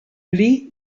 pli